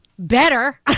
better